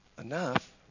enough